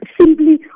simply